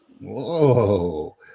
Whoa